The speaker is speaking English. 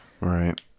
right